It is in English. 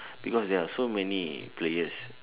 because there are so many players